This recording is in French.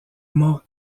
mort